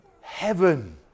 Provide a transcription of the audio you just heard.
heaven